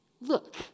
look